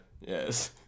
Yes